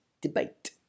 debate